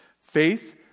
Faith